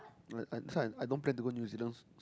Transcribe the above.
like that's why so I don't plan to go New-Zealand